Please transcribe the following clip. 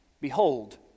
behold